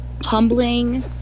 humbling